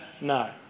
No